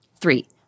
Three